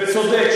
וצודק,